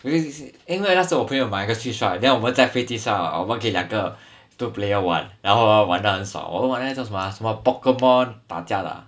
因为那时候我朋友买那个 switch right then 我在非机上我们可以两个 two player 玩然后 hor 玩到很爽我们玩那个叫什么啊 pokemon 打架的啊